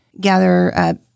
gather